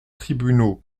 tribunaux